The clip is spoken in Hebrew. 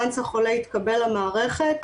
ברגע שהחולה התקבל למערכת,